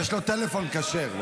יש לו טלפון כשר.